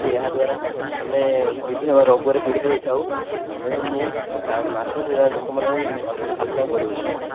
ଏହାଦ୍ୱାରା ଆମେ ବିଭିନ୍ନ ରୋଗରେ ପୀଡ଼ିତ ହୋଇଥାଉ ଏଣୁ ମୁଁ ମାଛ ଥିବା ଲୋକମାନଙ୍କୁ ଅଧିକ ସାବଧାନ କରୁଅଛି